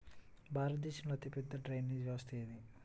భారతదేశంలో అతిపెద్ద డ్రైనేజీ వ్యవస్థ ఏది?